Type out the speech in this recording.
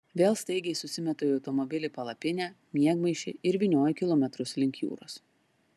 vėl staigiai susimetu į automobilį palapinę miegmaišį ir vynioju kilometrus link jūros